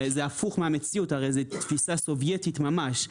זה הפוך מהמציאות הרי זאת תפיסה סובייטית ממש.